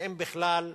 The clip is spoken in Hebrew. ואם בכלל,